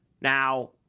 Now